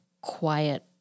quiet